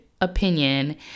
opinion